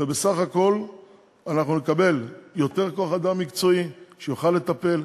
ובסך הכול אנחנו נקבל יותר כוח-אדם מקצועי שיוכל לטפל,